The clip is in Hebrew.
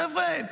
חבר'ה,